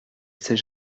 sait